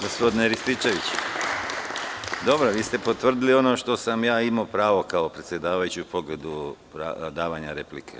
Gospodine Rističeviću, vi ste potvrdili ono našta sam ja imao pravo kao predsedavajući u pogledu davanja replike.